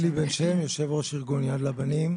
אלי בן שם, יו"ר ארגון יד לבנים.